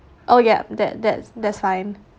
oh ya that that's that's fine